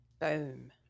Boom